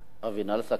נא לסכם.